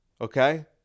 Okay